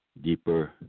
deeper